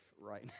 right